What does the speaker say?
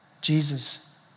Jesus